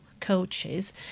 coaches